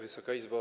Wysoka Izbo!